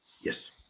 Yes